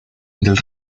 del